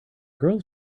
girls